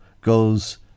goes